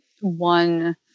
one